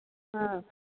ꯑꯥ